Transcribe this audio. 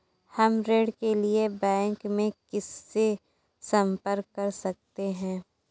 हम ऋण के लिए बैंक में किससे संपर्क कर सकते हैं?